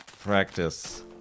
practice